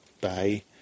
bay